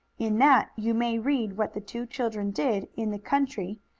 in that you may read what the two children did in the country,